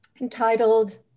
entitled